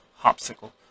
Hopsicle